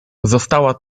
została